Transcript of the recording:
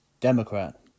Democrat